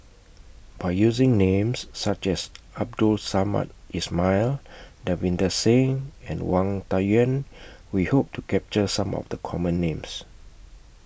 By using Names such as Abdul Samad Ismail Davinder Singh and Wang Dayuan We Hope to capture Some of The Common Names